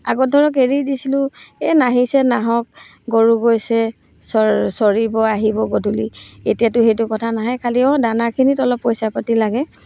আগত ধৰক এৰি দিছিলোঁ এই নাহিছে নাহক গৰু গৈছে চৰিব আহিব গধূলি এতিয়াতো সেইটো কথা নাহে খালী অঁ দানাখিনিত অলপ পইচা পাতি লাগে